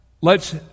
lets